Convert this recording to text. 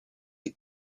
est